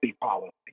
policy